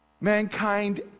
Mankind